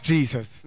Jesus